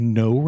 no